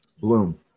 bloom